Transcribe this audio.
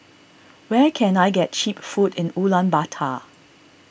where can I get Cheap Food in Ulaanbaatar